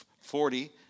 forty